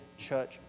church